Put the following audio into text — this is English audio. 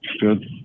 Good